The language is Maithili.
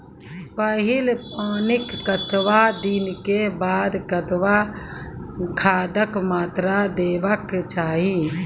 पहिल पानिक कतबा दिनऽक बाद कतबा खादक मात्रा देबाक चाही?